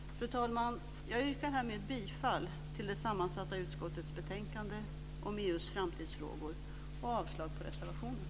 Fru talman! Jag yrkar härmed bifall till förslagen i det sammansatta utskottets betänkande om EU:s framtidsfrågor och avslag på reservationerna.